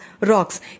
rocks